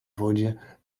wodzie